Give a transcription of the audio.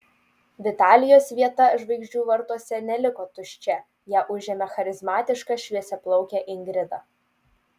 vitalijos vieta žvaigždžių vartuose neliko tuščia ją užėmė charizmatiška šviesiaplaukė ingrida